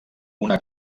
una